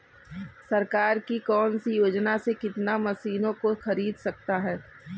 सरकार की कौन सी योजना से किसान मशीनों को खरीद सकता है?